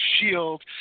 shield